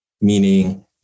meaning